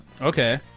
Okay